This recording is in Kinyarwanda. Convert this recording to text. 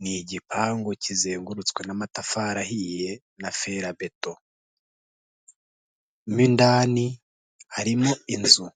ni igipangu kizengurutswe n'amatafari ahiye na ferabeto, mo indani harimo inzu.